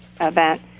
event